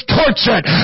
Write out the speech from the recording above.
tortured